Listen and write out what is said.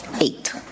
eight